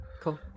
Cool